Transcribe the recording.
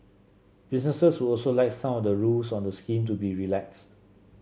businesses would also like some of the rules on the scheme to be relaxed